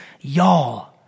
y'all